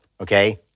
okay